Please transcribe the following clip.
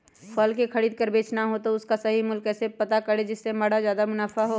फल का खरीद का बेचना हो तो उसका सही मूल्य कैसे पता करें जिससे हमारा ज्याद मुनाफा हो?